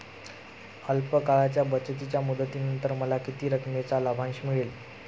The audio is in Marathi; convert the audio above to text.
अल्प काळाच्या बचतीच्या मुदतीनंतर मला किती रकमेचा लाभांश मिळेल?